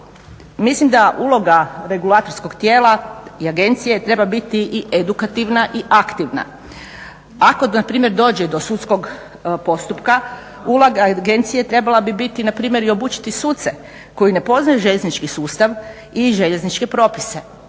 Mislim da uloga regulatorskog tijela i agencije treba biti i edukativna i aktivna. Ako npr. dođe do sudskog postupka, uloga agencije trebala bi biti npr. i obučiti sudce koji ne poznaju željeznički sustav i željezničke propise.